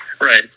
Right